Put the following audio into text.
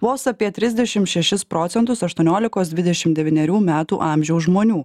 vos apie trisdešim šešis procentus aštuoniolikos dvidešim devynerių metų amžiaus žmonių